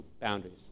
boundaries